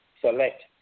select